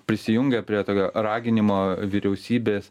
prisijungę prie tokio raginimo vyriausybės